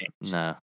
No